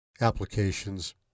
applications